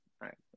right